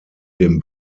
dem